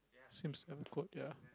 seems coat ya